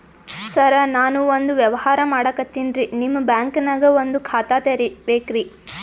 ಸರ ನಾನು ಒಂದು ವ್ಯವಹಾರ ಮಾಡಕತಿನ್ರಿ, ನಿಮ್ ಬ್ಯಾಂಕನಗ ಒಂದು ಖಾತ ತೆರಿಬೇಕ್ರಿ?